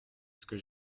qu’est